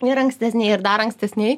ir ankstesnėj ir dar ankstesnėj